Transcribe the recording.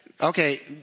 Okay